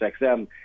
XM